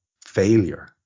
failure